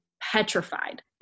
petrified